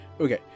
Okay